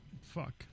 Fuck